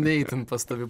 ne itin pastovi